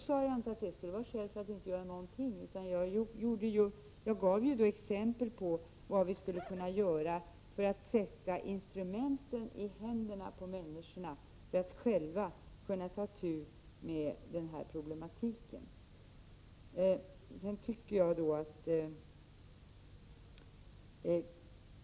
Jag sade inte att det skulle vara ett skäl för att inte göra någonting, utan jag gav faktiskt exempel på vad vi skulle kunna göra när det gäller att sätta instrument i händerna på människorna, så att de själva kan ta itu med den här problematiken.